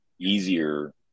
easier